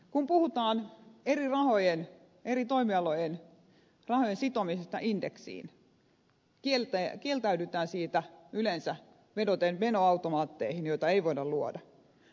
kun puhutaan eri toimialojen rahojen sitomisesta indeksiin kieltäydytään siitä yleensä vedoten menoautomaatteihin joita ei voida luoda